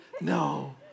no